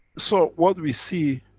so what we see,